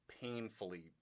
painfully